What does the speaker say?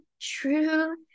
true